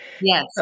Yes